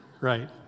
Right